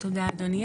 תודה אדוני.